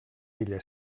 ella